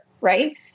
right